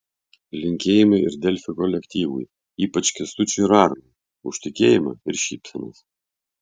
linkėjimai ir delfi kolektyvui ypač kęstučiui ir arnui už tikėjimą ir šypsenas